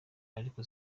ariko